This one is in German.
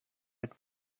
mit